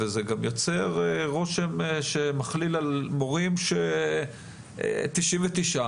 וזה גם יוצר רושם שמכליל על מורים שתשעים ותשעה